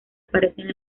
aparecen